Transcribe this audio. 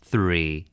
Three